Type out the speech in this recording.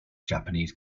japanese